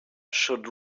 should